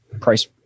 price